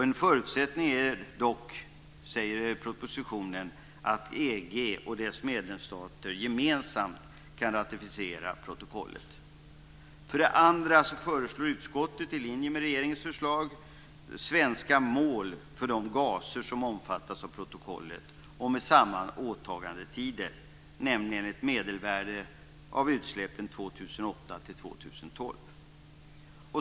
En förutsättning är dock, säger propositionen, att EU och dess medlemsstater gemensamt kan ratificera protokollet. För det andra föreslår utskottet i linje med regeringens förslag svenska mål för de gaser som omfattas av protokollet och med samma åtagandetider, nämligen ett medelvärde av utsläppen 2008-2012.